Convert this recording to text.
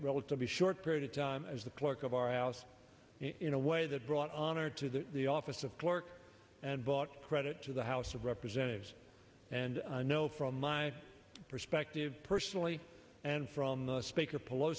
relatively short period of time as the clerk of our house in a way that brought honor to the office of clerk and bought credit to the house of representatives and i know from my perspective personally and from the speaker pelo